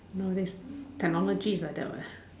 nowadays technology is like that what